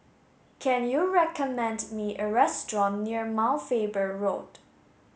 can you recommend me a restaurant near Mount Faber Road